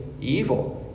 evil